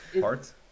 Parts